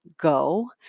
go